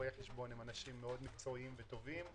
רואי חשבון הם אנשים מאוד מקצועיים וטובים.